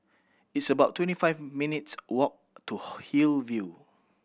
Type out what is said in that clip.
it's about twenty five minutes' walk to Hillview